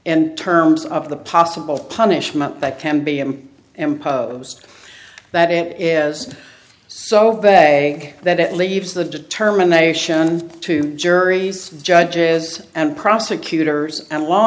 and terms of the possible punishment that can be and imposed that it is so day that it leaves the determination to juries judges and prosecutors and law